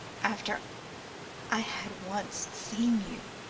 after i had once seen you?